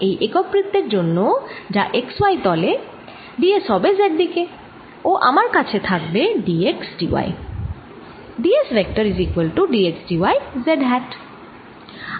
এই একক বৃত্তের জন্য যা x y তলে d s হবে z দিকে ও আমার কাছে থাকবে d x d y